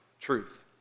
truth